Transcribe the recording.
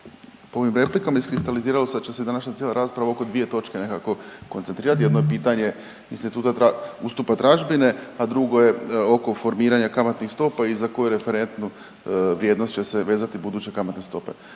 u ovim replikama iskristaliziralo da će se današnja cijela rasprava oko dvije točke nekako koncentrirati. Jedno je pitanje instituta ustupa tražbine, a drugo je oko formiranja kamatnih stopa i za koju referentnu vrijednost će se vezati buduće kamatne stope.